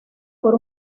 por